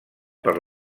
per